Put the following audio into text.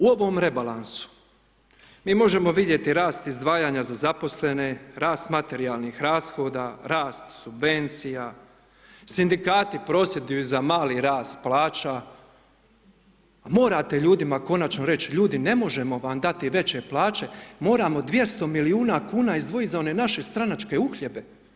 U ovom rebalansu mi možemo vidjeti rast izdvajanja za zaposlene, rast materijalnih rashoda, rast subvencija, Sindikati prosvjeduju za mali rast plaća, morate ljudima konačno reći, ljudi ne možemo vam dati veće plaće, moramo 200 milijuna kuna izdvojiti za one naše stranačke uhljebe.